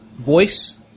Voice